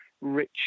rich